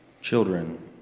Children